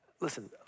Listen